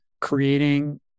creating